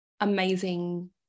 amazing